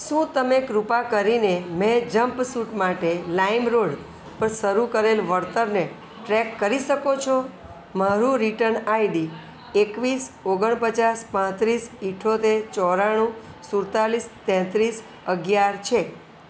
શું તમે કૃપા કરીને મેં જંપસૂટ માટે લાઈમરોડ પર શરૂ કરેલ વળતરને ટ્રેક કરી શકો છો મારું રીટર્ન આઈડી એકવીસ ઓગણપચાસ પાંત્રીસ ઇઠ્ઠોતેર ચોરાણું સુડતાલીસ તેત્રીસ અગિયાર છે